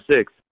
six